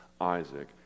Isaac